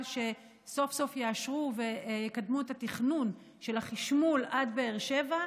שסוף-סוף יאשרו ויקדמו את התכנון של החשמול עד באר שבע,